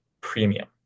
premium